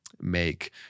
make